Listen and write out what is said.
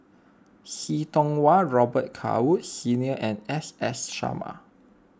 See Tiong Wah Robet Carr Woods Senior and S S Sarma